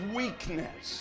weakness